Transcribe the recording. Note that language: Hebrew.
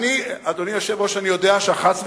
אדוני היושב-ראש, אני יודע שה"חס וחלילה"